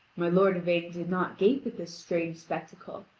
my lord yvain did not gape at this strange spectacle,